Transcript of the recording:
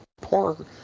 poor